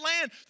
land